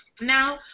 Now